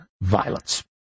violence